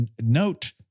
note